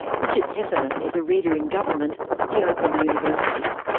richard heffernan is a reader in government at the open university.